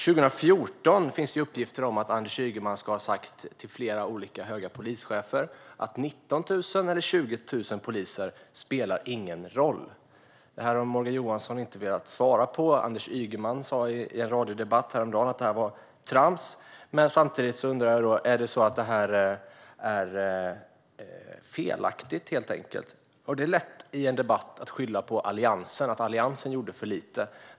2014 ska Anders Ygeman enligt uppgift ha sagt till flera höga polischefer att det inte spelar någon roll om antalet poliser är 19 000 eller 20 000. Detta har Morgan Johansson inte velat svara på, och Anders Ygeman sa i en radiodebatt häromdagen att det var trams. Jag undrar om det är så att detta helt enkelt är felaktigt. Det är lätt i en debatt att skylla på Alliansen, att Alliansen gjorde för lite.